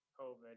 COVID